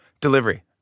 delivery